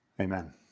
Amen